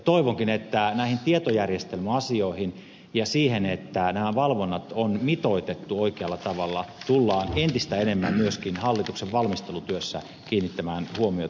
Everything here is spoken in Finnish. toivonkin että näihin tietojärjestelmäasioihin ja siihen että valvonnat on mitoitettu oikealla tavalla tullaan entistä enemmän myöskin hallituksen valmistelutyössä kiinnittämään huomiota